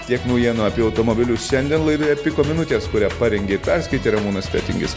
tiek naujienų apie automobilius šiandien laidoje piko minutės kurią parengė perskaitė ramūnas fetingis